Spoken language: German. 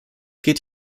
geht